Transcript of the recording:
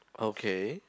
okay